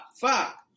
fuck